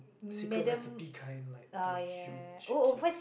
secret recipe kind like the huge cake